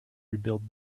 rebuild